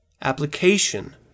application